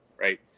right